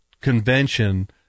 convention